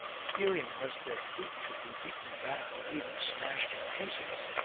fearing lest their fleet should be beaten back or even smashed in pieces,